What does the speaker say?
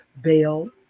bail